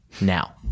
now